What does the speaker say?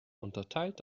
unterteilt